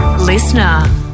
Listener